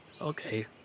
Okay